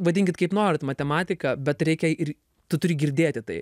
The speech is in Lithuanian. vadinkit kaip norit matematika bet reikia ir tu turi girdėti tai